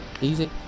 easy